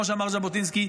כמו שאמר ז'בוטינסקי,